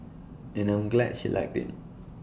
and I'm glad she liked IT